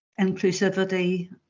inclusivity